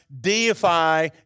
deify